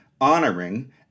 honoring